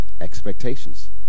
Expectations